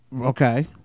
Okay